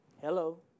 Hello